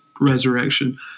resurrection